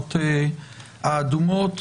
המדינות האדומות.